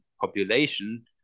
population